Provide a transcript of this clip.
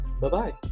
Bye-bye